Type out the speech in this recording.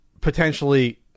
potentially